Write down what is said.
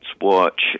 Watch